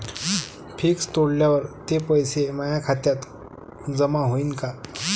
Fix तोडल्यावर ते पैसे माया खात्यात जमा होईनं का?